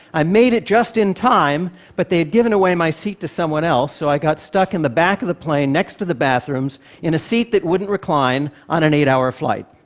i made it just in time, but they had given away my seat to someone else, so i got stuck in the back of the plane, next to the bathrooms, in a seat that wouldn't recline, on an eight-hour flight.